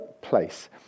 place